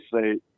say